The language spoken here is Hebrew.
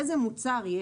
איזה מוצר יש?